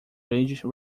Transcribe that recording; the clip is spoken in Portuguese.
rage